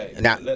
now